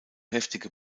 heftige